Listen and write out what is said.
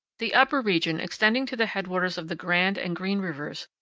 the upper region, extending to the headwaters of the grand and green rivers,